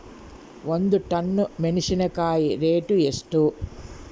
ಒಂದು ಟನ್ ಮೆನೆಸಿನಕಾಯಿ ರೇಟ್ ಎಷ್ಟು?